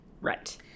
right